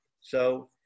so-